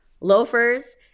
loafers